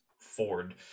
Ford